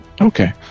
Okay